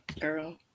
girl